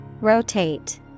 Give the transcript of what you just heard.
Rotate